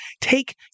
take